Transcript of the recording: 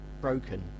broken